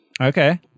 Okay